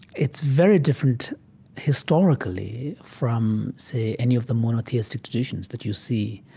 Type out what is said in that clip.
it's very different historically from, say, any of the monotheistic traditions that you see